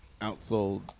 Outsold